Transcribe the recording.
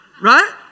Right